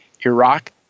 Iraq